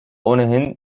ohnehin